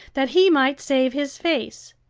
that he might save his face.